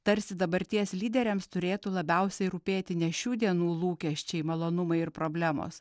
tarsi dabarties lyderiams turėtų labiausiai rūpėti ne šių dienų lūkesčiai malonumai ir problemos